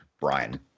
Brian